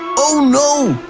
oh no!